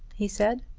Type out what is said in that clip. he said.